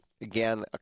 again